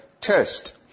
test